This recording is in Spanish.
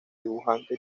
dibujante